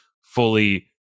fully